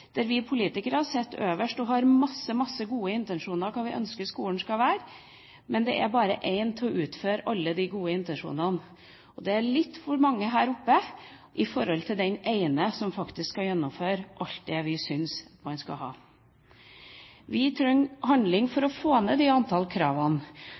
der vi politikere sitter øverst og har masse, masse gode intensjoner for hva vi ønsker at skolen skal være – men det er bare én til å utføre alle de gode intensjonene. Det er litt for mange her oppe i forhold til den ene som faktisk skal gjennomføre alt det vi syns man skal ha. Vi trenger handling